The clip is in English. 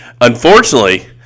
unfortunately